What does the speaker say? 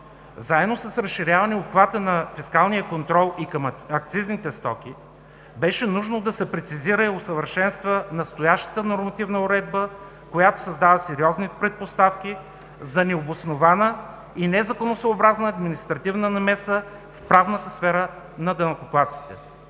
заедно с разширяване обхвата на фискалния контрол и към акцизните стоки беше редно да се прецизира и усъвършенства настоящата нормативна уредба, която създава сериозни предпоставки за необоснована и незаконосъобразна административна намеса в правната сфера на данъкоплатците.